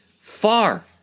far